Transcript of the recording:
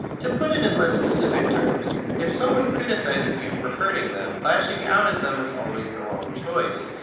to put it in less specific terms if someone criticizes you for hurting them, lashing out at them is always the wrong choice,